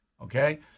Okay